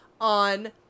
on